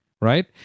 right